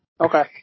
Okay